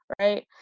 right